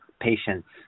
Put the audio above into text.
patients